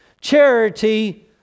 Charity